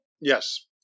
Yes